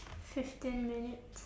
fifteen minutes